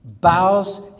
bows